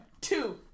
Two